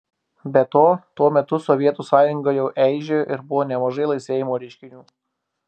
be to tuo metu sovietų sąjunga jau eižėjo ir buvo nemažai laisvėjimo reiškinių